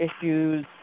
issues